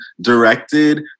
directed